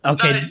Okay